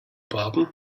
pardon